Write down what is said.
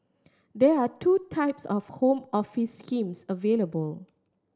there are two types of Home Office schemes available